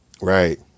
right